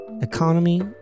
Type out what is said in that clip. economy